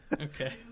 Okay